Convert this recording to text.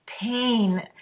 pain